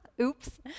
oops